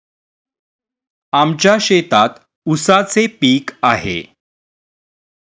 आमच्या शेतात ऊसाचे पीक आहे